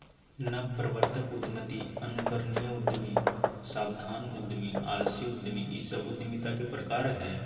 नवप्रवर्तक उद्यमी, अनुकरणीय उद्यमी, सावधान उद्यमी, आलसी उद्यमी इ सब उद्यमिता के प्रकार हइ